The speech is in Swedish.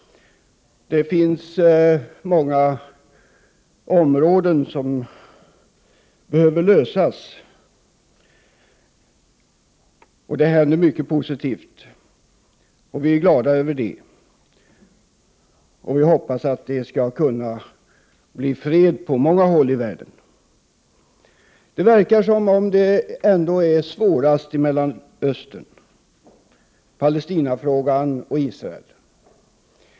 Det finns många problem som behöver lösas, och det händer mycket positivt. Det är vi glada över, och vi hoppas att det skall kunna bli fred på många håll i världen. Det verkar ändå som om det är svårast i Mellanöstern, när det gäller Palestinafrågan och Israel.